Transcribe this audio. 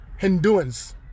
Hinduans